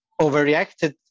overreacted